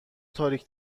تاریک